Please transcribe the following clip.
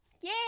yay